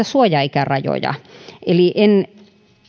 suojaikärajoja eli en